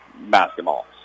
basketball